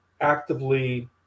actively